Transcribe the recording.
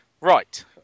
Right